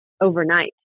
overnight